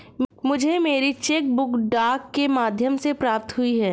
मुझे मेरी cheque book डाक के माध्यम से प्राप्त हुई है